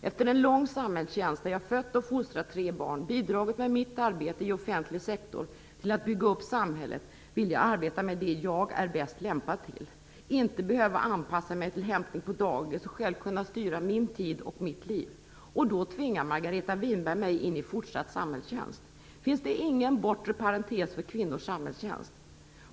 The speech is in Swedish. Efter en lång samhällstjänst - jag har fött och fostrat tre barn och bidragit med mitt arbete i den offentliga sektorn till att bygga upp samhället - vill jag arbeta med det som jag är bäst lämpad till. Jag behöver inte anpassa mig till hämtning på dagis utan kan själv styra min tid och mitt liv. Då tvingar Margareta Winberg mig in i fortsatt samhällstjänst. Finns det ingen bortre parentes när det gäller kvinnors samhällstjänst?